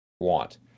want